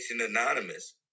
Anonymous